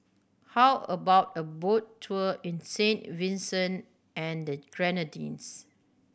how about a boat tour in Saint Vincent and the Grenadines